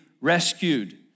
rescued